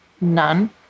None